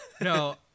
No